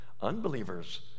unbelievers